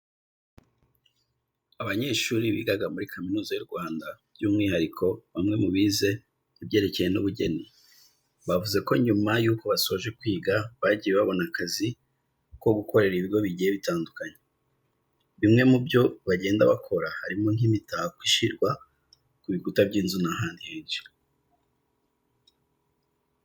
Abanyeshuri bigaga muri Kaminuza y'u Rwanda byumwihariko bamwe mu bize ibyerekeranye n'ubugeni, bavuze ko nyuma yuko basoje kwiga bagiye babona akazi ko gukorera ibigo bigiye bitandukanye. Bimwe mu byo bagenda bakora harimo nk'imitako ishyirwa ku bikuta by'inzu n'ahandi henshi.